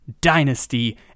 Dynasty